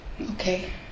Okay